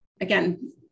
again